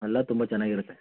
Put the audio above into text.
ಎಲ್ಲ ತುಂಬ ಚೆನ್ನಾಗಿರುತ್ತೆ